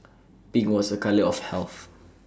pink was A colour of health